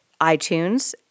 iTunes